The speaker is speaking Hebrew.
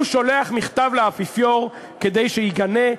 הוא שולח מכתב לאפיפיור כדי שיגנה,